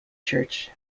church